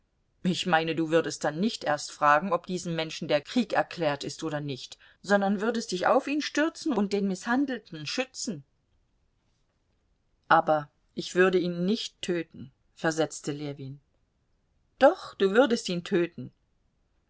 ich meine du würdest dann nicht erst fragen ob diesem menschen der krieg erklärt ist oder nicht sondern würdest dich auf ihn stürzen und den mißhandelten schützen aber ich würde ihn nicht töten versetzte ljewin doch du würdest ihn töten